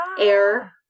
air